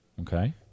Okay